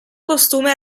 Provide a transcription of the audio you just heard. costume